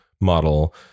model